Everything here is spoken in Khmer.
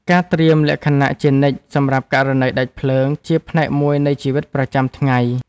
ការត្រៀមលក្ខណៈជានិច្ចសម្រាប់ករណីដាច់ភ្លើង ជាផ្នែកមួយនៃជីវិតប្រចាំថ្ងៃ។